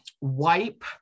wipe